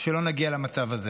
שלא נגיע למצב הזה.